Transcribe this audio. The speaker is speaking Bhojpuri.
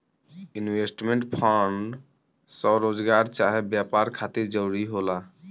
इन्वेस्टमेंट फंड स्वरोजगार चाहे व्यापार खातिर जरूरी होला